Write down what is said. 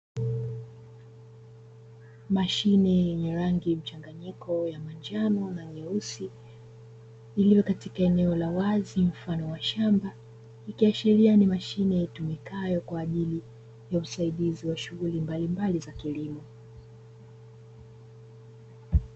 Mashine yenye rangi mchanganyiko ya manjano na nyeusi iliyo katika eneo la wazi mfano wa shamba, ikiashiria ni mashine itumikayo kwa ajili ya usaidizi wa shughuli mbalimbali za kilimo.